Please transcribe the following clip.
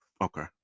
Okay